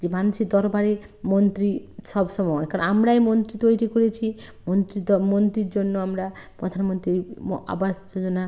যে মানুষের দরবারে মন্ত্রী সবসময় কারণ আমরাই মন্ত্রী তৈরি করেছি মন্ত্রীর মন্ত্রীর জন্য আমরা প্রধানমন্ত্রীর ম আবাস যোজনা